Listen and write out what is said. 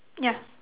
ya